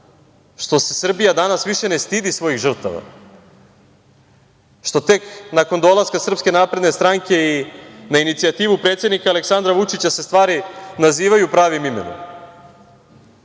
što se Srbija danas više ne stidi svojih žrtava, što tek nakon dolaska Srpske napredne stranke i na inicijativu predsednika Aleksandra Vučića se stvari nazivaju pravim imenom. Ponosan